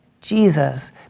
Jesus